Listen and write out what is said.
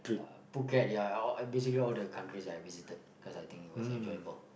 phuket ya all basically all the countries I visited because I think it was enjoyable